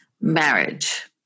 marriage